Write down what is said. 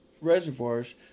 reservoirs